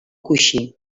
coixí